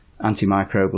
antimicrobial